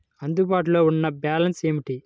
అందుబాటులో ఉన్న బ్యాలన్స్ ఏమిటీ?